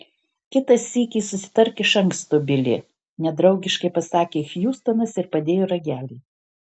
kitą sykį susitark iš anksto bili nedraugiškai pasakė hjustonas ir padėjo ragelį